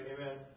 amen